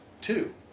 Two